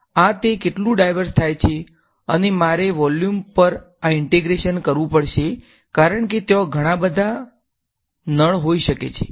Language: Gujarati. આ તે કેટલું ડાઈવર્જ થાય છે અને મારે વોલ્યુમ પર આ ઈંટેગ્રેશન કરવું પડશે કારણ કે ત્યાં ઘણાં બધાં અને ઘણાં બધાં નળ હોઈ શકે છે